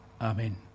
Amen